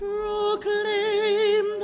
Proclaim